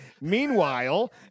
Meanwhile